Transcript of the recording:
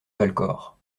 valcor